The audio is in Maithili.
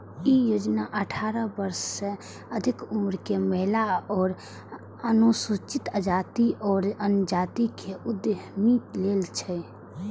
ई योजना अठारह वर्ष सं अधिक उम्र के महिला आ अनुसूचित जाति आ जनजाति के उद्यमी लेल छै